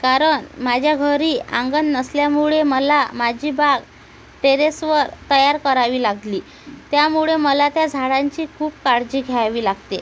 कारण माझ्या घरी अंगण नसल्यामुळे मला माझी बाग टेरेसवर तयार करावी लागली त्यामुळे मला त्या झाडांची खूप काळजी घ्यावी लागते